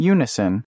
Unison